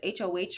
HOH